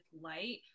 Light